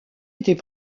était